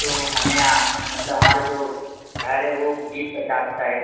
तो हमें मतलब हमारा जो घर है वह बीस पचास का है